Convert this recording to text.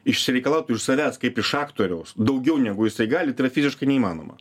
išsireikalautų iš savęs kaip iš aktoriaus daugiau negu jisai gali tai yra fiziškai neįmanoma